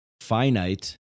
finite